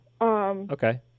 Okay